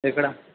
ఎక్కడ